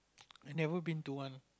I've never been to one